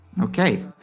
Okay